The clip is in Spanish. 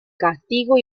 castigo